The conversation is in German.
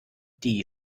die